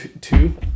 two